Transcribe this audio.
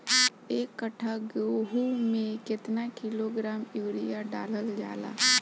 एक कट्टा गोहूँ में केतना किलोग्राम यूरिया डालल जाला?